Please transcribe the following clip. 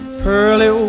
pearly